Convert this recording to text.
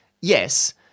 yes